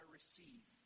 receive